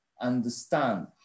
understand